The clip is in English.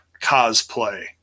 cosplay